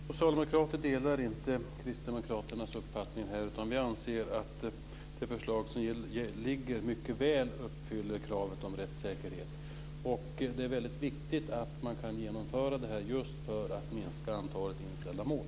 Fru talman! Vi socialdemokrater delar inte kristdemokraternas uppfattning här, utan vi anser att det förslag som ligger mycket väl uppfyller kravet på rättssäkerhet. Det är väldigt viktigt att man kan genomföra det här just för att minska antalet inställda mål.